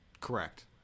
Correct